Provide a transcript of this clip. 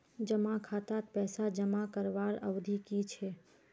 जमा खातात पैसा जमा करवार अवधि की छे?